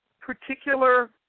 particular